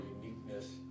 uniqueness